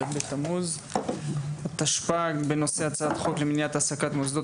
ב' בתמוז התשפ"ג בנושא הצעת חוק למניעת העסקה במוסדות